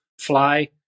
fly